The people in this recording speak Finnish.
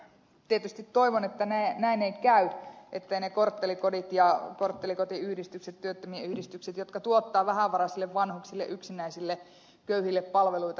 tietysti toivon että näin ei käy etteivät ne korttelikodit ja korttelikotiyhdistykset työttömien yhdistykset jotka tuottavat vähävaraisille vanhuksille yksinäisille köyhille palveluita